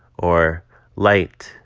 or light